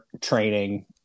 training